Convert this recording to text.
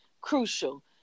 crucial